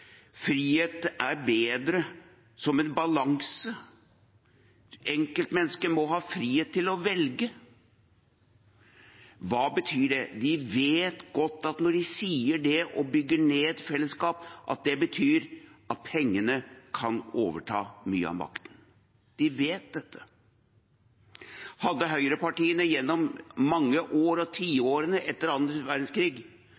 frihet er bedre som en balanse, at enkeltmennesket må ha frihet til å velge. Hva betyr det? De vet godt at når de sier det, og bygger ned et fellesskap, betyr det at pengene kan overta mye av makten. De vet dette. Hadde høyrepartiene gjennom mange år og